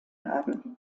haben